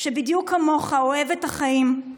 שבדיוק כמוך אוהב את החיים,